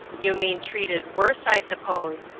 you mean treated worse, i suppose,